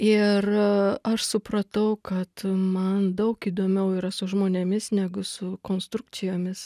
ir aš supratau kad man daug įdomiau yra su žmonėmis negu su konstrukcijomis